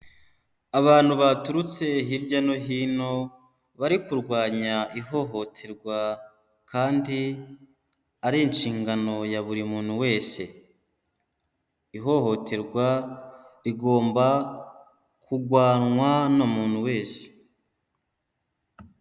Abantu baturutse hirya no hino, bari kurwanya ihohoterwa kandi ari inshingano ya buri muntu wese, ihohoterwa rigomba kurwanywa na muntu wese.